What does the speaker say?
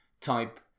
type